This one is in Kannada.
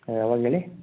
ಯಾವಾಗ ಹೇಳಿ